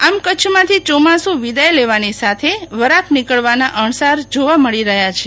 આમ કચ્છમાંથી યોમાસું વિદાય લેવાણી સાથે વરાપ નીકળવાના અણસાર જોવા મળી રહ્યા છે